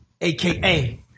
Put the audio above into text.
AKA